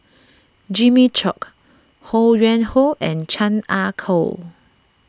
Jimmy Chok Ho Yuen Hoe and Chan Ah Kow